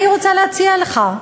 אני רוצה להציע לך,